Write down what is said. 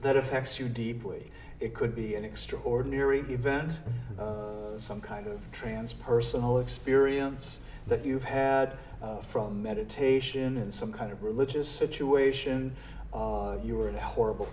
that affects you deeply it could be an extraordinary event some kind of trance personal experience that you've had from meditation in some kind of religious situation you were in a horrible